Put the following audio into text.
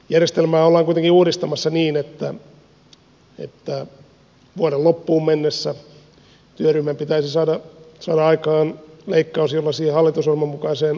järjestelmää ollaan kuitenkin uudistamassa niin että vuoden loppuun mennessä työryhmän pitäisi saada aikaan järjestelmä jolla siihen hallitusohjelman mukaiseen ratkaisuun päästään